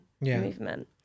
movement